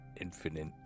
infinite